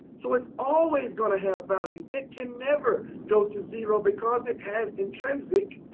so its always going to have value. it can never go to zero because it has intrinsnic